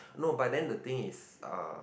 no but then the thing is uh